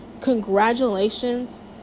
Congratulations